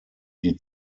die